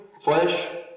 Flesh